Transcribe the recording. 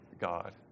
God